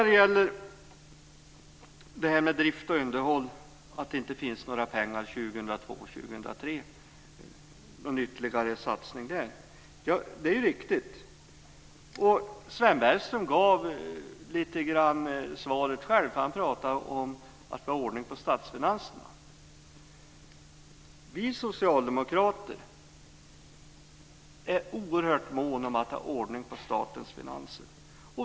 Det är riktigt att det inte finns några pengar till drift och underhåll 2002 och 2003. Det blir ingen ytterligare satsning på det. Sven Bergström gav lite grann av svaret själv. Han pratade nämligen om att få ordning på statsfinanserna. Vi socialdemokrater är oerhört måna om att ha ordning på statens finanser.